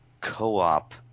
co-op